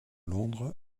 londres